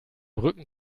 rücken